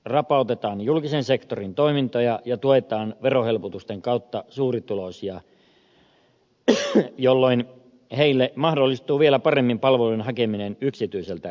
rapautetaan julkisen sektorin toimintoja ja tuetaan verohelpotusten kautta suurituloisia jolloin heille mahdollistuu vielä paremmin palveluiden hakeminen yksityiseltä sektorilta